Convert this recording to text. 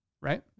Right